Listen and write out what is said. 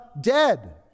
dead